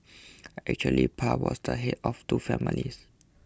actually Pa was the head of two families